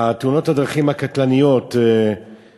מספר תאונות הדרכים הקטלניות בשנת